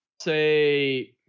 say